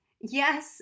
Yes